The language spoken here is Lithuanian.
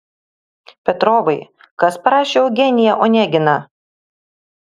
petrovai kas parašė eugeniją oneginą